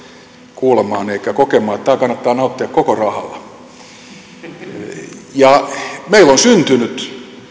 kuulemaan eikä kokemaan niin että tästä kannattaa nauttia koko rahalla meillä on syntynyt